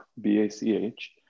B-A-C-H